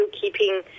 keeping